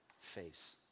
face